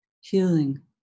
healing